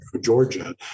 Georgia